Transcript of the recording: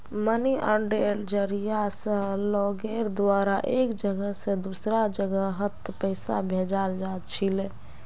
money आर्डरेर जरिया स लोगेर द्वारा एक जगह स दूसरा जगहत पैसा भेजाल जा छिले